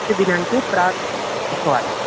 शदिनाङ्के प्रातः एकादशवादने